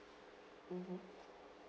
mmhmm